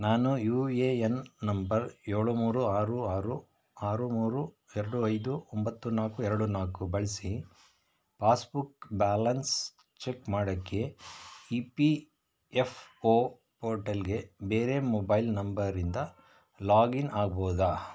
ನಾನು U A N number ಏಳು ಮೂರು ಆರು ಆರು ಆರು ಮೂರು ಎರಡು ಐದು ಒಂಬತ್ತು ನಾಲ್ಕು ಎರಡು ನಾಲ್ಕು ಬಳಸಿ ಪಾಸ್ಬುಕ್ ಬ್ಯಾಲೆನ್ಸ್ ಚೆಕ್ ಮಾಡೋಕ್ಕೆ ಇ ಪಿ ಎಫ್ ಒ ಪೋರ್ಟಲ್ಗೆ ಬೇರೆ ಮೊಬೈಲ್ ನಂಬರಿಂದ ಲಾಗಿನ್ ಆಗ್ಬೋದಾ